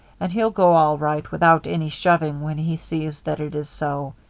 and he'll go all right without any shoving when he sees that it is so.